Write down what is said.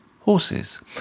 horses